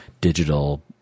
digital